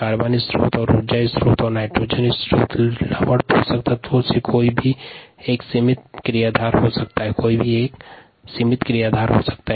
carbon ऊर्जा और nitrogen स्त्रोत लवण और सूक्ष्म तत्व से कोई भी एक सिमित क्रिया धार हो हो सकता है